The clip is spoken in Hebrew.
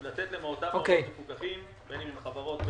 הוא לתת לאותם מפוקחים בין אם חברות,